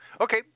Okay